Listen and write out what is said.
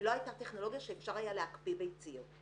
ולא הייתה טכנולוגיה שאפשר היה להקפיא ביציות.